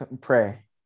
Pray